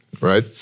right